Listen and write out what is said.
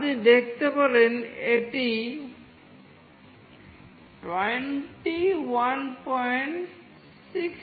আপনি দেখতে পারেন যে এটি 2160 হয়ে গেছে